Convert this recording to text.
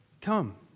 Come